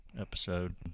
episode